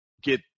get